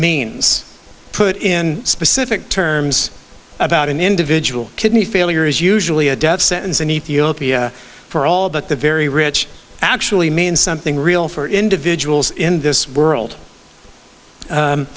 means put in specific terms about an individual kidney failure is usually a death sentence in ethiopia for all but the very rich actually mean something real for individuals in this world